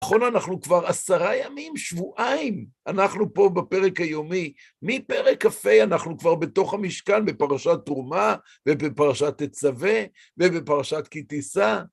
נכון, אנחנו כבר עשרה ימים, שבועיים, אנחנו פה בפרק היומי. מפרק כה אנחנו כבר בתוך המשכן, בפרשת תרומה, ובפרשת תצווה, ובפרשת כי תישא.